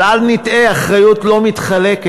אבל אל נטעה, האחריות לא מתחלקת,